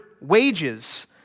wages